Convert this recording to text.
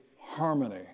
harmony